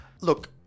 Look